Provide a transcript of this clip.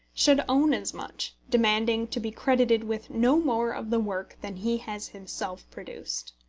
should own as much, demanding to be credited with no more of the work than he has himself produced.